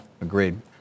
agreed